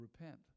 repent